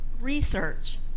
research